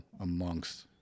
amongst